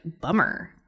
bummer